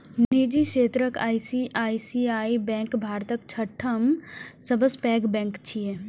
निजी क्षेत्रक ICICI bank भारतक छठम सबसं पैघ बैंक छियै